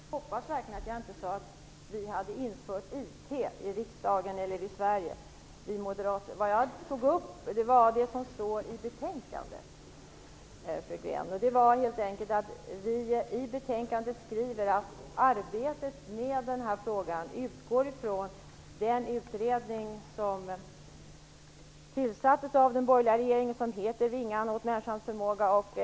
Fru talman! Jag hoppas verkligen att jag inte sade att vi moderater har infört IT i riksdagen eller i Sverige. Vad jag tog upp var det som står i betänkandet, fru Green. Vi skriver där att arbetet med den här frågan utgår från den utredning som tillsattes av den borgerliga regeringen och vars betänkande heter Vingar åt människans förmåga.